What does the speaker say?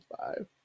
five